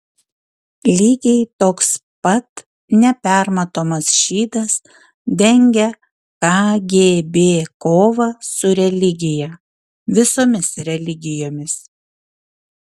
lygiai toks pat nepermatomas šydas dengia kgb kovą su religija visomis religijomis